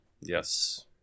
Yes